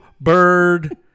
Bird